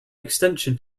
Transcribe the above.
extension